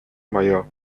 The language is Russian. мое